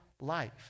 life